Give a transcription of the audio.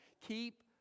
Keep